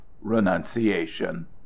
renunciation